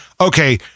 okay